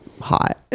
hot